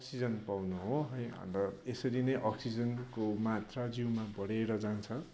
oxygen पाउनु हो है अन्त यसरी नै अक्सिजनको मात्रा जिउमा बढेर जान्छ